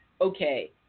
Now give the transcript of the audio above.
okay